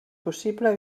possible